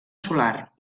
solar